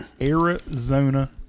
Arizona